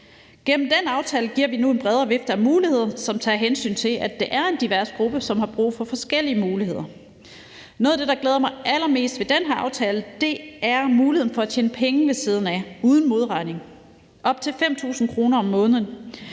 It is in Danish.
Gennem den aftale giver vi nu en bredere vifte af muligheder, som tager hensyn til, at det er en divers gruppe, som har brug for forskellige muligheder. Noget af det, der glæder mig allermest ved den her aftale, er muligheden for at tjene penge ved siden af uden modregning, op til 5.000 kr. om måneden.